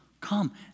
Come